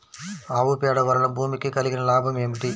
ఆవు పేడ వలన భూమికి కలిగిన లాభం ఏమిటి?